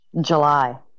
July